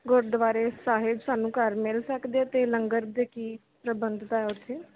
ਗੁਰਦੁਆਰੇ ਸਾਹਿਬ ਸਾਨੂੰ ਘਰ ਮਿਲ ਸਕਦੇ ਹੈ ਅਤੇ ਲੰਗਰ ਦੇ ਕੀ ਪ੍ਰਬੰਧਤਾ ਹੈ ਉੱਥੇ